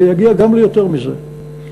ויגיע גם ליותר מזה.